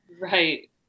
Right